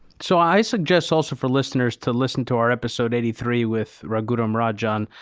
so i suggest also for listeners to listen to our episode eighty three, with raghuram rajan.